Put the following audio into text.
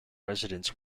residents